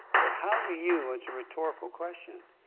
but how do you, it's a rhetorical question,